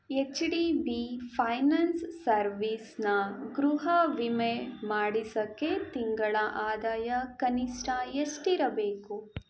H D B finance ಸರ್ವೀಸ್ನ ಗೃಹವಿಮೆ ಮಾಡಿಸಕ್ಕೆ ತಿಂಗಳ ಆದಾಯ ಕನಿಷ್ಠ ಎಷ್ಟಿರಬೇಕು